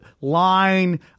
line